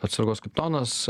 atsargos kapitonas